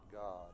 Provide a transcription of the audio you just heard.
God